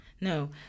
No